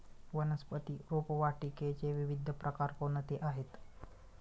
वनस्पती रोपवाटिकेचे विविध प्रकार कोणते आहेत?